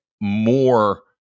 more